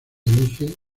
elige